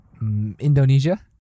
Indonesia